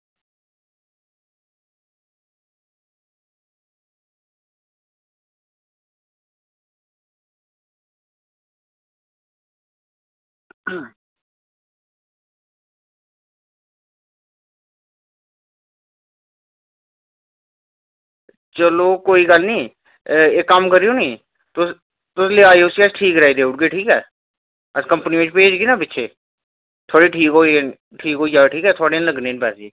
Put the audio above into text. चलो कोई गल्ल निं तुस लेई आयो अस ठीक कराई देई ओड़ेओ ठीक ऐ नी कंपनी बिच भेजगे ना पिच्छें थोह्ड़ी ठीक होई जाह्ग थुआढ़े निं लग्गने न पैसे